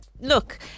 Look